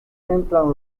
entran